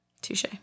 touche